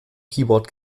keyboard